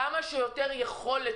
יכולת,